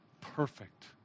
perfect